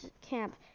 camp